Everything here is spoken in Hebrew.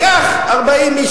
לקח 40 איש,